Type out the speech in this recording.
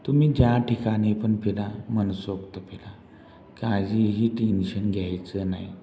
तुम्ही ज्या ठिकाणी पण फिरा मनसोक्त फिरा काहीही टेन्शन घ्यायचं नाही